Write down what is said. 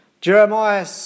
Jeremiah